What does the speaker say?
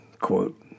quote